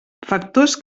factors